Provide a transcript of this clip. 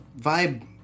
Vibe